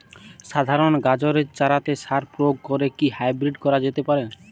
সাধারণ গাজরের চারাতে সার প্রয়োগ করে কি হাইব্রীড করা যেতে পারে?